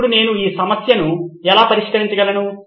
ఇప్పుడు నేను ఈ సమస్యను ఎలా పరిష్కరించగలను